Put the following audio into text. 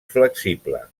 flexible